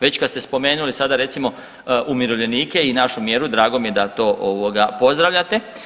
Već kad ste spomenuli sada recimo umirovljenike i našu mjeru drago mi je da to ovoga pozdravljate.